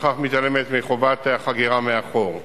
ובכך מתעלמת מחובת החגירה מאחור.